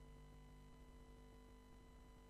הישיבה הישיבה הבאה תתקיים ביום שלישי,